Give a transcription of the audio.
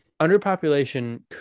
underpopulation